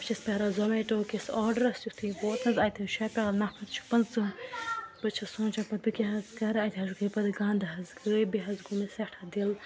بہٕ چھَس پیٛاران زومیٹو کِس آرڈرَس یُتھُے ووت نہٕ حظ اَتہِ حظ شےٚ پیٛالہٕ نَفر چھِ پٕنٛژٕہ بہٕ چھَس سونٛچان پَتہٕ بہٕ کیٛاہ حظ کَرٕ اَتہِ حظ گٔے پَتہٕ گَنٛد حظ گٔے بیٚیہِ حظ گوٚو مےٚ سٮ۪ٹھاہ دِل